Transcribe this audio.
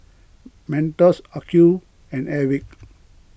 Mentos Acuvue and Airwick